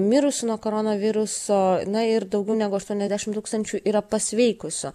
mirusių nuo koronaviruso na ir daugiau negu aštuoniasdešim tūkstančių yra pasveikusių